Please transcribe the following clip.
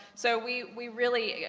so, we, we really, yeah